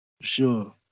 Sure